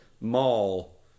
mall